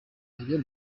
ayo